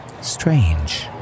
strange